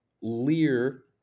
Lear